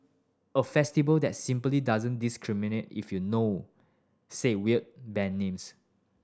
a festival that simply doesn't discriminate if you know said weird band names